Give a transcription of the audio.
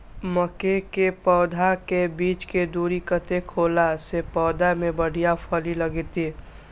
मके के पौधा के बीच के दूरी कतेक होला से पौधा में बढ़िया फली लगते?